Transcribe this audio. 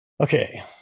okay